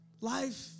Life